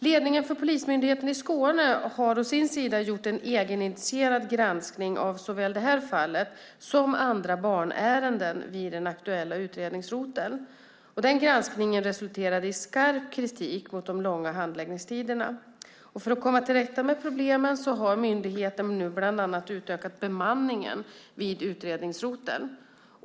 Ledningen för Polismyndigheten i Skåne har å sin sida gjort en egeninitierad granskning av såväl det här fallet som andra barnärenden vid den aktuella utredningsroteln. Granskningen resulterade i skarp kritik mot de långa handläggningstiderna. För att komma till rätta med problemen har myndigheten nu bland annat utökat bemanningen vid utredningsroteln.